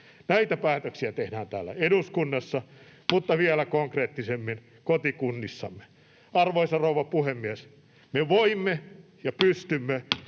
Näitä päätöksiä tehdään täällä eduskunnassa mutta vielä konkreettisemmin kotikunnissamme. Arvoisa rouva puhemies! Me voimme [Puhemies